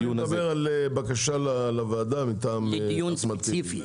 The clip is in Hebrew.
אני מדבר על בקשה לוועדה מטעם אחמד טיבי,